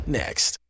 next